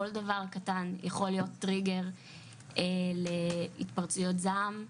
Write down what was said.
כל דבר קטן יכול להיות טריגר להתפרצויות זעם,